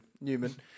Newman